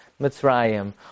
Mitzrayim